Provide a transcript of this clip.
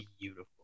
Beautiful